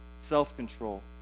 self-control